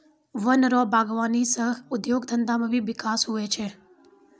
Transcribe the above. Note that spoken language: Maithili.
वन रो वागबानी सह उद्योग धंधा मे भी बिकास हुवै छै